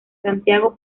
santiago